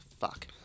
Fuck